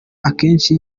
akenshi